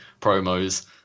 promos